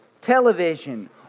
television